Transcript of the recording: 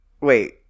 Wait